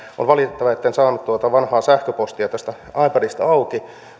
on valitettavaa etten saanut tuota vanhaa sähköpostia tästä ipadista auki